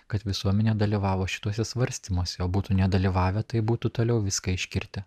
kad visuomenė dalyvavo šituose svarstymuose būtų nedalyvavę tai būtų toliau viską iškirtę